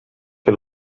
que